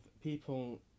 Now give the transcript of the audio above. people